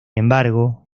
embargo